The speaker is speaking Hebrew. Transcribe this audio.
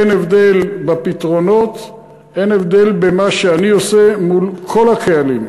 אין הבדל בפתרונות ואין הבדל במה שאני עושה מול כל הקהלים.